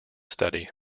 study